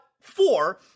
four